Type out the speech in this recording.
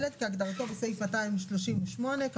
"ילד" כהגדרתו בסעיף 238 לחוק",